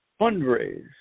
fundraise